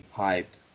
hyped